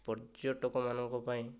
ପର୍ଯ୍ୟଟକ ମାନଙ୍କ ପାଇଁ